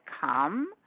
come